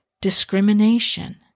discrimination